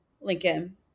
Lincoln